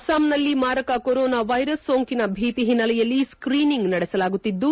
ಅಸ್ಲಾಂನಲ್ಲಿ ಮಾರಕ corona virus ಸೋಂಕಿನ ಭೀತಿ ಹಿನ್ನೆಲೆಯಲ್ಲಿ ಸ್ತೀನಿಂಗ್ ನಡೆಸಲಾಗುತ್ತಿದ್ದು